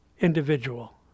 individual